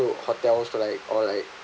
the hotels to like or like